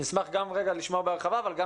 נשמח גם לשמוע בהרחבה אבל גם